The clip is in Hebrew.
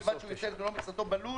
ובלבד שהוא ייצר את מלוא מכסתו בלול..."